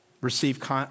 receive